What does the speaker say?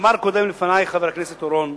אמר קודם לפני חבר הכנסת אורון,